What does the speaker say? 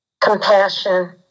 compassion